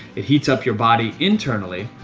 it heats up your body internally.